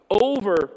over